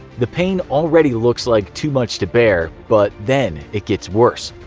the pain already looks like too much to bear, but then it gets worse.